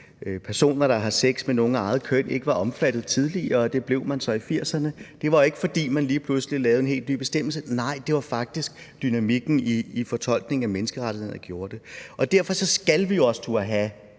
personer, der har sex med nogle af eget køn, ikke var omfattet tidligere. Det blev de så i 1980'erne. Det var ikke, fordi man lige pludselig lavede en helt ny bestemmelse. Nej, det var faktisk dynamikken i fortolkningen af menneskerettighederne, der gjorde det. Derfor skal vi også turde have